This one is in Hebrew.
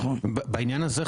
בעניין הזה,